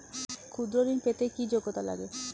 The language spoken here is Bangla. ক্ষুদ্র ঋণ পেতে কি যোগ্যতা লাগে?